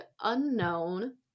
unknown